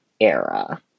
era